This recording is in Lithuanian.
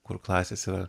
kur klasės yra